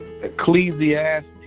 Ecclesiastes